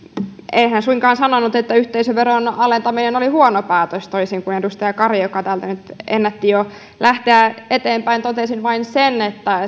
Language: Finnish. enhän suinkaan sanonut että yhteisöveron alentaminen oli huono päätös toisin kuin edustaja kari joka täältä nyt ennätti jo lähteä eteenpäin sanoi totesin vain sen että